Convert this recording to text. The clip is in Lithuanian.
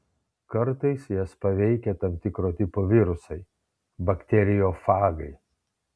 kartais jas paveikia tam tikro tipo virusai bakteriofagai